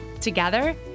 Together